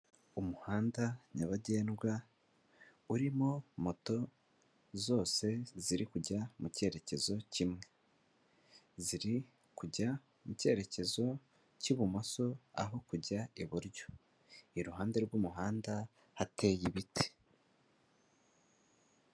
Umuhanda nyabagendwa urimo moto zose ziri kujya mu cyerekezo kimwe. Ziri kujya mu cyerekezo cy'ibumoso, aho kujya iburyo. Iruhande rw'umuhanda hateye ibiti.